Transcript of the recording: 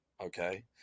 okay